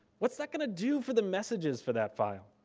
what's that gonna do for the messages for that file?